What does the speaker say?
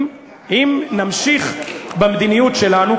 אם נמשיך במדיניות שלנו,